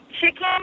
chicken